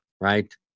Right